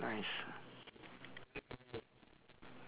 nice